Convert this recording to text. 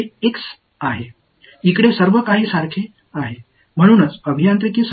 ஒருங்கிணைப்பின் வரம்புகளில் ஒன்று மாறி